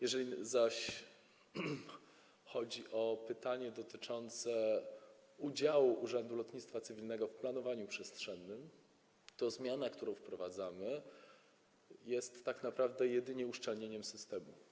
Jeżeli zaś chodzi o pytanie dotyczące udziału Urzędu Lotnictwa Cywilnego w planowaniu przestrzennym, to zmiana, którą wprowadzamy, jest tak naprawdę związana jedynie z uszczelnieniem systemu.